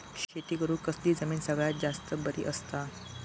शेती करुक कसली जमीन सगळ्यात जास्त बरी असता?